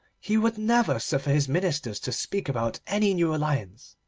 he would never suffer his ministers to speak about any new alliance,